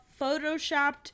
photoshopped